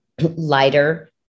lighter